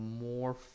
more